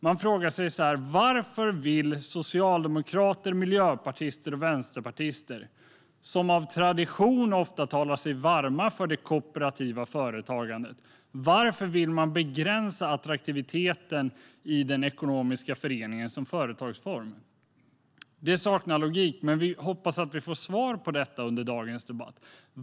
Man frågar sig: Varför vill socialdemokrater, miljöpartister och vänsterpartister, som av tradition ofta talar sig varma för det kooperativa företagandet, begränsa attraktiviteten i den ekonomiska föreningen som företagsform? Det saknar logik, men vi hoppas att vi får svar på detta under dagens debatt.